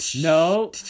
No